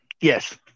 Yes